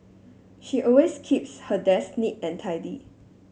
she always keeps her desk neat and tidy